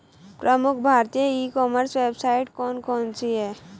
प्रमुख भारतीय e commerce website कौन कौन सी हैं?